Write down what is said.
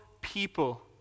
people